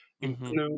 include